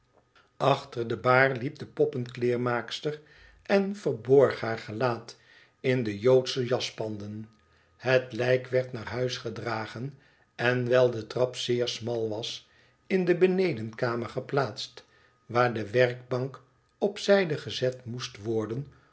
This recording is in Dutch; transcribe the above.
achter de baar liep de poppenkleermaakster en verborg haar gelaat in de joodsche jaspanden het lijk werd naar huis gedragen en wijl de trap zeer smal was in de benedenkamer geplaatst waar de werkbank op zijde gezet moest worden